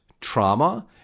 trauma